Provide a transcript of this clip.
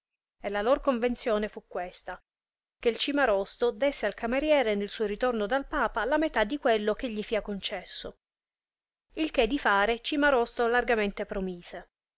e la lor convenzione fu questa che cimarosto desse al cameriere nel suo ritorno dal papa la metà di quello che gli fia concesso il che di fare cimarosto largamente promise